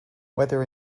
weather